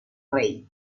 rey